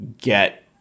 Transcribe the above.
get